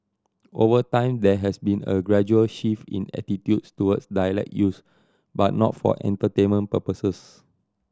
over time there has been a gradual shift in attitudes towards dialect use but not for entertainment purposes